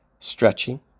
Stretching